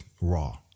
raw